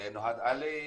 עלי,